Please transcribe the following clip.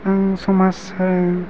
आं समाजहो